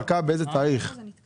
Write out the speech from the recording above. באיזה תאריך הכנסת התפרקה?